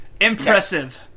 impressive